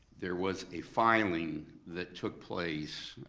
there was a filing that took place.